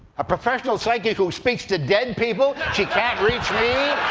a professional psychic who speaks to dead people, she can't reach me?